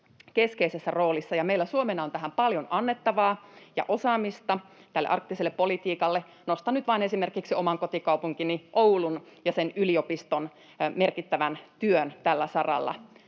keskeisessä roolissa, ja meillä Suomena on paljon annettavaa ja osaamista tälle arktiselle politiikalle. Nostan nyt vain esimerkiksi oman kotikaupunkini Oulun ja sen yliopiston merkittävän työn tällä saralla.